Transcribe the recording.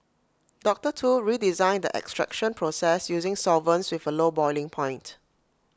doctor Tu redesigned the extraction process using solvents with A low boiling point